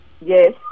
yes